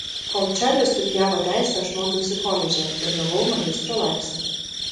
kol čarlis studijavo teisę aš mokiausi koledže ir gavau magistro laipsnį